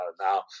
now